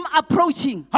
approaching